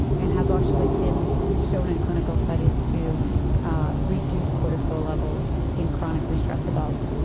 and has actually been shown in clinical studies to ah reduce cortisol levels in chronically stressed adults.